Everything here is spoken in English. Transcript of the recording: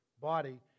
body